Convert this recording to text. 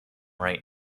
right